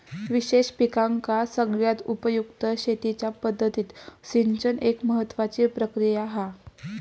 विशेष पिकांका सगळ्यात उपयुक्त शेतीच्या पद्धतीत सिंचन एक महत्त्वाची प्रक्रिया हा